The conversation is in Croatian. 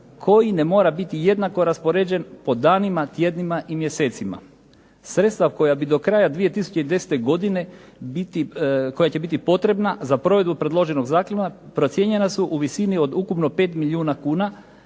koji ne mora biti jednako raspoređen po danima, tjednima i mjesecima. Sredstva koja bi do kraja 2010. godine, koja će biti potrebna za provedbu predloženog zakona procijenjena su u visini od ukupno pet milijuna kuna